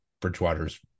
Bridgewater's